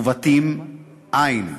ובתים, אַין.